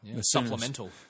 Supplemental